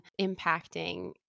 impacting